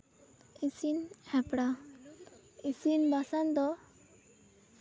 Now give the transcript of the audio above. ᱤᱥᱤᱱ ᱦᱮᱯᱨᱟᱣ ᱤᱥᱤᱱ ᱵᱟᱥᱟᱝ ᱫᱚ